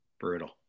Brutal